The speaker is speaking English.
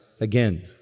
again